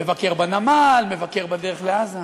מבקר בנמל, מבקר בדרך לעזה.